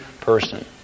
person